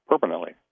permanently